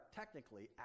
technically